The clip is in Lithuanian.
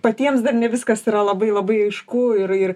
patiems dar ne viskas yra labai labai aišku ir ir